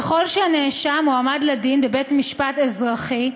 ככל שנאשם הועמד לדין בבית-משפט אזרחי,